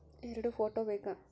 ಎರಡು ಫೋಟೋ ಬೇಕಾ?